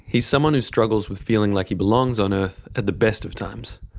he's someone who struggles with feeling like he belongs on earth at the best of times.